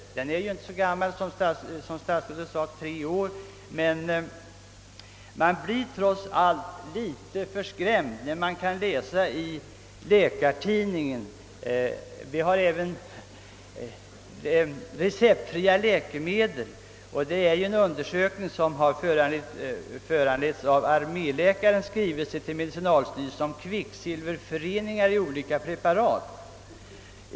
Lagstiftningen är ju som statsrådet sade bara tre år gammal. Trots allt blir man dock något skrämd då man läser i läkartidningen om receptfria läkemedel. Det har gjorts en undersökning med anledning av arméläkarens skrivelse till medicinalstyrelsen om kvicksilverföreningar i olika preparat.